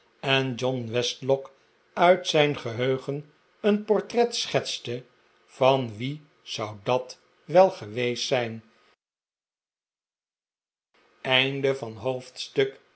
en john westlock uit zijn geheugen een portret schetste van wie zou dat wel geweest zijn